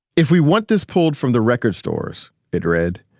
if we want this pulled from the record stores, it read,